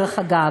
דרך אגב.